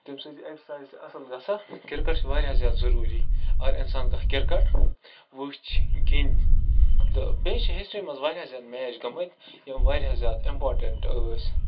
تَمہِ سۭتۍ چھِ اٮ۪کزسایز تہِ اَصٕل گژھان کِرکَٹ چھِ واریاہ زیادٕ ضٔروٗری اگر اِنسان کانٛہہ کَرکَٹ وٕچھِ گِنٛدِ تہٕ بیٚیہِ چھِ ہِسٹِرٛی منٛز واریاہ زیادٕ میچ گٔمٕتۍ یِم واریاہ زیادٕ اِمپاٹنٛٹ ٲسۍ